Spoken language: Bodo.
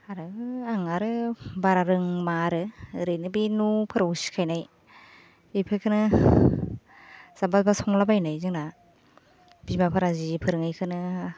आरो आं आरो बारा रोंबाङा आरो ओरैनो बे न'फोराव सिखायनाय बेफोरखौनो जाब्बा जुब्बा संलाबायनाय जोंना बिमाफोरा जि फोरोङो बेखौनो